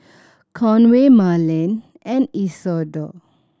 Conway Marlene and Isidor